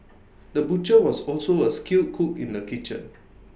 the butcher was also A skilled cook in the kitchen